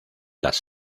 las